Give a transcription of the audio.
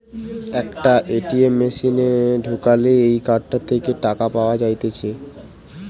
একটা এ.টি.এম মেশিনে ঢুকালে এই কার্ডটা থেকে টাকা পাওয়া যাইতেছে